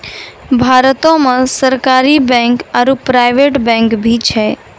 भारतो मे सरकारी बैंक आरो प्राइवेट बैंक भी छै